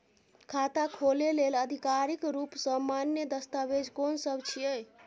खाता खोले लेल आधिकारिक रूप स मान्य दस्तावेज कोन सब छिए?